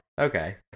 Okay